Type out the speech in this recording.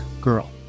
girl